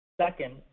Second